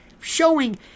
showing